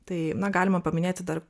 tai na galima paminėti dar